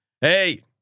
Hey